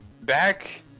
back